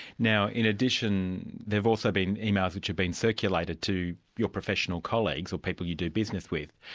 now in addition, there've also been emails which have been circulated to your professional colleagues, or people you do business with,